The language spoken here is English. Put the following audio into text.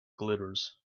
glitters